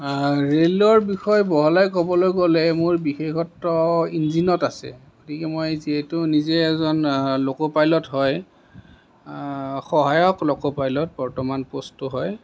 ৰেলৰ বিষয়ে বহলাই ক'বলৈ গ'লে মোৰ বিশেষত্ব ইঞ্জিনত আছে গতিকে মই যিহেতু নিজে এজন লক' পাইলট হয় সহায়ক লক' পাইলট বৰ্তমান পষ্টটো হয়